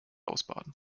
ausbaden